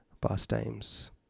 pastimes